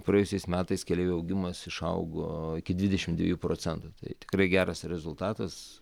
praėjusiais metais keleivių augimas išaugo iki dvidešim dviejų procentų tai tikrai geras rezultatas